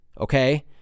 okay